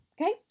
Okay